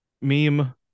meme